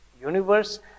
universe